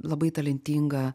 labai talentingą